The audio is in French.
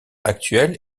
actuel